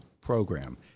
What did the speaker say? Program